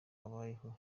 abayeho